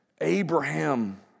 Abraham